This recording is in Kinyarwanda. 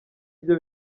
byo